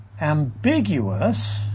ambiguous